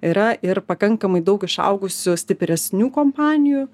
yra ir pakankamai daug išaugusių stipresnių kompanijų